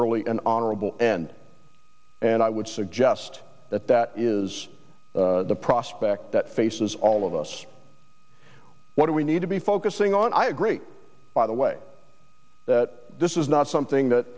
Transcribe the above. early and honorable end and i would suggest that that is the prospect that faces all of us what do we need to be focusing on i agree by the way this is not something